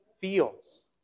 feels